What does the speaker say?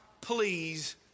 please